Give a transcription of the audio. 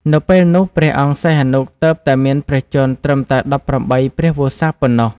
នៅពេលនោះ ព្រះអង្គសីហនុទើបតែមានព្រះជន្មត្រឹមតែ ១៨ ព្រះវស្សា ប៉ុណ្ណោះ។